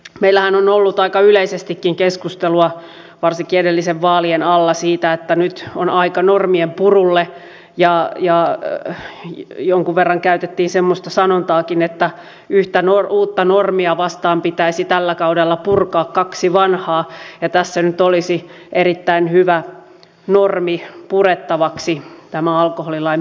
meillähän on ollut aika yleisestikin keskustelua varsinkin edellisten vaalien alla siitä että nyt on aika normien purulle ja jonkun verran käytettiin semmoista sanontaakin että yhtä uutta normia vastaan pitäisi tällä kaudella purkaa kaksi vanhaa ja tässä nyt olisi erittäin hyvä normi purettavaksi tämä alkoholilain pykälä